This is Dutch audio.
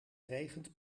regent